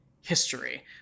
history